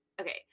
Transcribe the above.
Okay